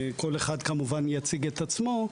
כל אחד כמובן יציג את עצמו.